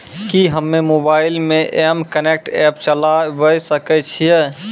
कि हम्मे मोबाइल मे एम कनेक्ट एप्प चलाबय सकै छियै?